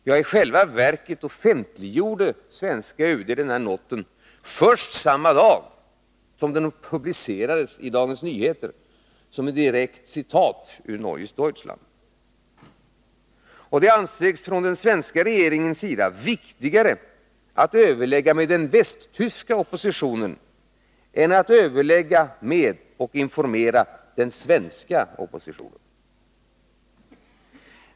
Ja, i själva verket offentliggjorde svenska UD denna not först samma dag som den publicerades i Dagens Nyheter som ett direkt citat ur Neues Deutschland. Det ansågs från den svenska regeringens sida vara viktigare att överlägga med den västtyska oppositionen än att överlägga med och informera den svenska.